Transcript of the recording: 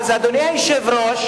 אדוני היושב-ראש,